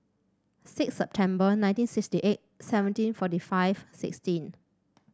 six September nineteen sixty eight seventeen forty five sixteen